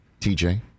TJ